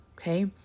okay